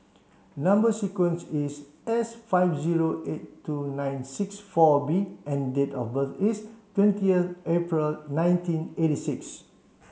number sequence is S five zero eight two nine six four B and date of birth is twentieth April nineteen eighty six